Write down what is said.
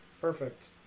Perfect